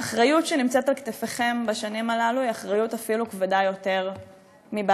האחריות שנמצאת על כתפיכם בשנים האלה היא אחריות אפילו כבדה יותר מבעבר.